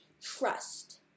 Trust